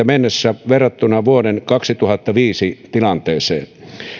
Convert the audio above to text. mennessä verrattuna vuoden kaksituhattaviisi tilanteeseen